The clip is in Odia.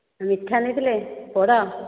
ମିଠା ନେଇଥିଲେ ପୋଡ଼